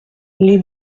les